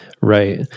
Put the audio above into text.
right